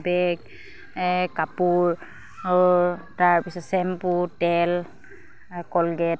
বেগ কাপোৰ তাৰপিছত চেম্পু তেল কলগেট